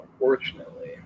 unfortunately